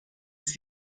ist